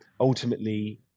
ultimately